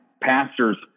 pastors